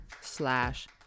slash